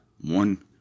one